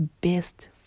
best